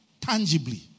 Tangibly